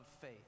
faith